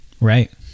Right